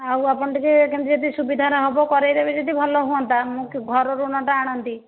ଆଉ ଆପଣ ଟିକିଏ କେମିତି ଯଦି ସୁବିଧାରେ ହେବ କରାଇ ଦେବେ ଯଦି ଭଲ ହୁଅନ୍ତା ମୁଁ ଘର ଋଣଟା ଆଣନ୍ତି